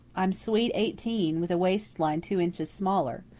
i'm sweet eighteen, with a waist line two inches smaller.